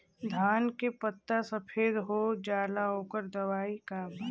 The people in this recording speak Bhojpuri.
धान के पत्ता सफेद हो जाला ओकर दवाई का बा?